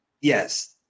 yes –